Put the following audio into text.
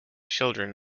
children